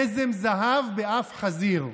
נזם זהב באף חזיר.